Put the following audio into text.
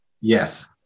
Yes